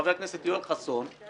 חבר הכנסת יואל חסון,